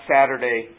Saturday